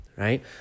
Right